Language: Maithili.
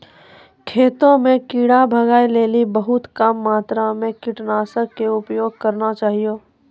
खेतों म कीड़ा भगाय लेली बहुत कम मात्रा मॅ कीटनाशक के उपयोग करना चाहियो